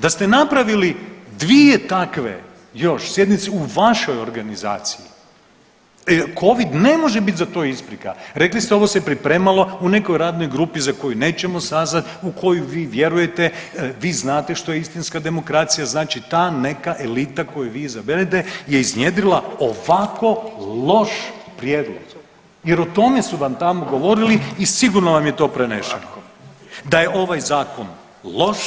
Da ste napravili dvije takve još sjednice u vašoj organizaciji, covid ne može za to biti isprika, rekli ste ovo se pripremalo u nekoj radnoj grupi za koju nećemo … u koju vi vjerujete, vi znate što je istinska demokracija, znači ta neka elita koju vi izaberete je iznjedrila ovako loš prijedlog jer o tome su vam tamo govorili i sigurno vam je to prenešeno da je ovaj zakon loš,